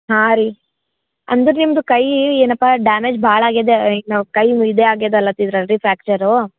ಹಾಂ ರೀ ಅಂದ್ರ ನಿಮ್ಮದು ಕೈ ಏನಪ್ಪ ಡ್ಯಾಮೆಜ್ ಭಾಳ್ ಆಗ್ಯಾದ ಈಗ ನಾವು ಕೈ ಇದೇ ಆಗ್ಯದಲ್ಲಾ ಅಂತಿರಲ್ರಿ ಫ್ರಾಕ್ಚರೂ